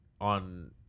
on